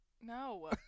No